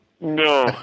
No